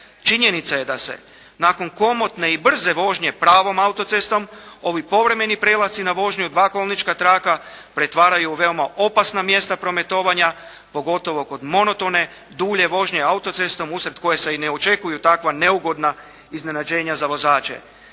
Činjenica je da se nakon komotne i brze vožnje pravom autocestom ovi povremeni prelasci na vožnju u dva kolnička traka pretvaraju u veoma opasna mjesta prometovanja pogotovo kod monotone dulje vožnje autocestom usred koje se i ne očekuju takva neugodna iznenađenja za vozače.